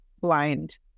blind